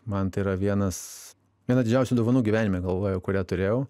man tai yra vienas viena didžiausių dovanų gyvenime galvoju kurią turėjau